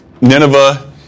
Nineveh